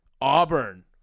Auburn